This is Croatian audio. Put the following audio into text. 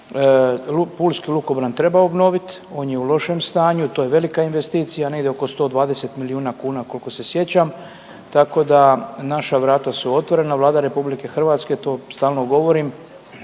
pulski lukobran treba obnovit, on je u lošem stanju, to je velika investicija, negdje oko 120 milijuna kuna koliko se sjećam, tako da naša vrata su otvorena, Vlada RH to stalno govorim